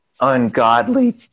ungodly